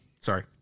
sorry